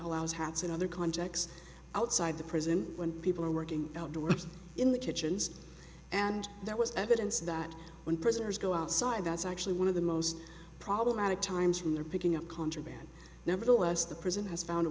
allows hats in other contexts outside the prison when people are working outdoors in the kitchens and that was evidence that when prisoners go outside that's actually one of the most problematic times when they're picking up contraband nevertheless the prison has found a